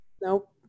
Nope